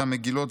ומהמגילות,